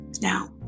Now